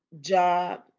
job